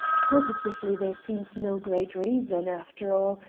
positively there seems no great reason, after all,